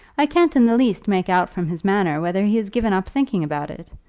i can't in the least make out from his manner whether he has given up thinking about it.